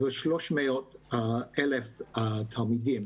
ו-300,000 תלמידים.